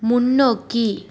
முன்னோக்கி